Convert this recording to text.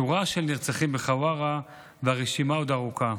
שורה של נרצחים בחווארה והרשימה עוד ארוכה.